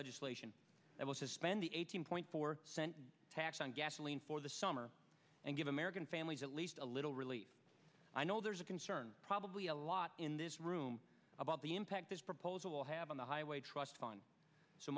legislation that will suspend the eighteen point four cent tax on gasoline for the summer and give american families at least a little relief i know there's a concern probably a lot in this room about the impact this proposal will have on the highway trust fund so